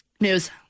News